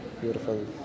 beautiful